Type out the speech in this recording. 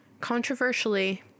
Controversially